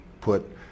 put